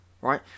right